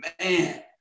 Man